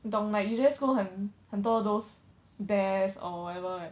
你懂 like you just go 很很多 those desk or whatever right